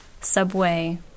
subway